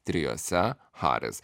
trijose haris